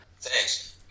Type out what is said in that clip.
Thanks